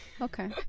okay